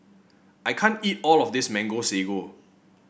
I can't eat all of this Mango Sago